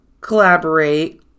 collaborate